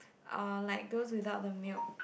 ah like those without the milk